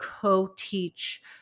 co-teach